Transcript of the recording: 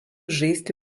žaisti